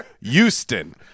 Houston